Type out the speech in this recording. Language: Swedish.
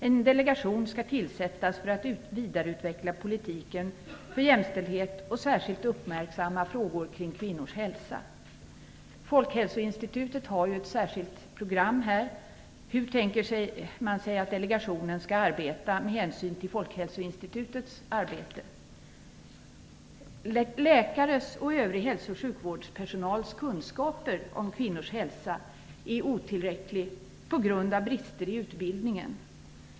En delegation skall tillsättas för att vidareutveckla politiken för jämställdhet och särskilt uppmärksamma frågor kring kvinnors hälsa. Folkhälsoinstitutet har ju ett särskilt program här. Hur tänker man sig att delegationen skall arbeta med hänsyn till Folkhälsoinstitutets arbete? Läkares och övrig hälso och sjukvårdspersonals kunskaper om kvinnors hälsa är otillräckliga på grund av brister i utbildningen.